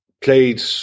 played